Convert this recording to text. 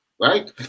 right